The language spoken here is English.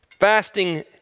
Fasting